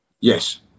Yes